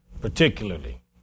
particularly